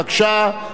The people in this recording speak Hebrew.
בבקשה.